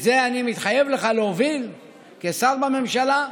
את זה אני מתחייב לך להוביל כשר בממשלה,